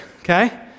okay